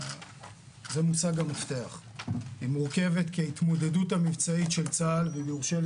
היא מורכבת כי ההתמודדות המבצעית של צה"ל - אם יורשה לי,